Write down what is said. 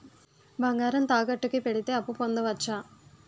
బంగారం తాకట్టు కి పెడితే అప్పు పొందవచ్చ?